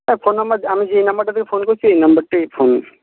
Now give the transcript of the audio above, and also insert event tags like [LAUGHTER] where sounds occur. [UNINTELLIGIBLE] phone number আমি যেই নাম্বারটা থেকে ফোন করছি এই নাম্বারটাই ফোন